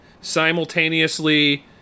simultaneously